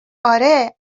اره